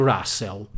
Russell